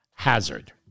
hazard